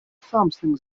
something